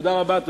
תודה רבה.